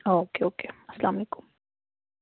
او کے okay اسلام علیکُم